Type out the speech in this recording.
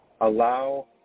Allow